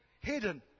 hidden